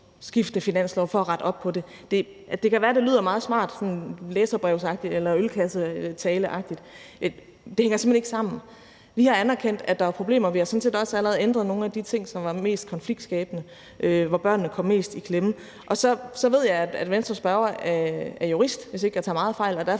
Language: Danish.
finanslove for at rette op på det, at det kan være, at det lyder meget smart og sådan læserbrevsagtigt eller ølkassetaleagtigt, men at det simpelt hen ikke hænger sammen. Vi har anerkendt, at der er problemer, og vi har sådan set også allerede ændret nogle af de ting, som var mest konfliktskabende, og hvor børnene kom mest i klemme. Så ved jeg, at Venstres spørger er jurist, hvis jeg ikke tager meget fejl, og at